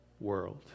world